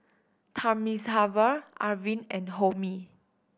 Thamizhavel Arvind and Homi